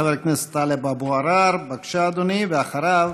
חבר הכנסת טלב אבו עראר, בבקשה, אדוני, ואחריו,